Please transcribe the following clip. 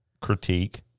Critique